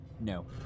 No